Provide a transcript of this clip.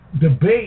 debate